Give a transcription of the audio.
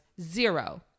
zero